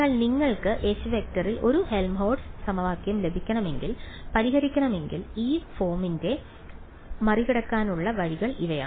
എന്നാൽ നിങ്ങൾക്ക് H→ ൽ ഒരു ഹെൽംഹോൾട്ട്സ് സമവാക്യം ലഭിക്കണമെങ്കിൽ പരിഹരിക്കണമെങ്കിൽ ഈ ഫോമിനെ മറികടക്കാനുള്ള വഴികൾ ഇവയാണ്